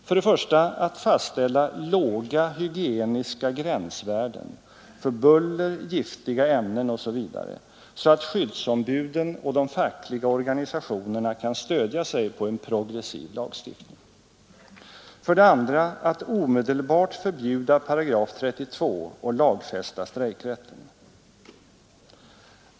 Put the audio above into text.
För det första att fastställa låga hygieniska gränsvärden för buller, giftiga ämnen osv. så att skyddsombuden och de fackliga organisationerna kan stödja sig på en progressiv lagstiftning. För det andra att omedelbart förbjuda § 32 och lagfästa strejkrätten.